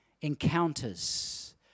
encounters